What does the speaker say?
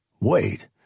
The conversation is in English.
Wait